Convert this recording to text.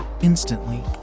instantly